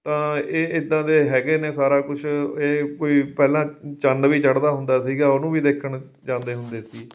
ਤਾਂ ਇਹ ਇੱਦਾਂ ਦੇ ਹੈਗੇ ਨੇ ਸਾਰਾ ਕੁਝ ਇਹ ਕੋਈ ਪਹਿਲਾਂ ਚੰਨ ਵੀ ਚੜਦਾ ਹੁੰਦਾ ਸੀਗਾ ਉਹਨੂੰ ਵੀ ਦੇਖਣ ਜਾਂਦੇ ਹੁੰਦੇ ਸੀ